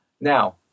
Now